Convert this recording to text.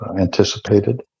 anticipated